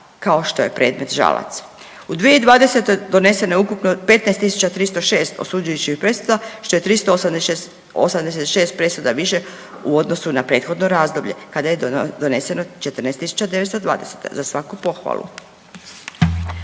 kao što je predmet Žalac. U 2020. doneseno je ukupno 15.306 osuđujućih presuda što je 386 presuda više u odnosu na prethodno razdoblje kada je doneseno 14.920, za svaku pohvalu.